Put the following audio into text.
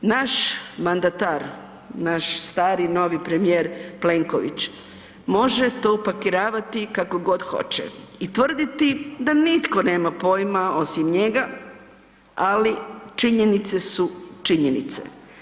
Naš mandatar, naš stari novi premijer Plenković može to upakiravati kako god hoće i tvrditi da nitko nema pojma osim njega, ali činjenice su činjenice.